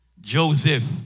Joseph